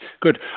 Good